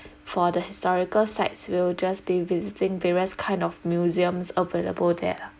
for the historical sites will just be visiting various kind of museums available there ah